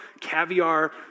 caviar